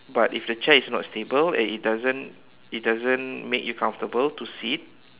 but if the chair is not stable and it doesn't it doesn't make you comfortable to sit